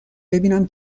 ببینم